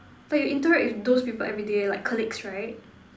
like you interact with those people everyday like colleagues right